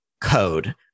code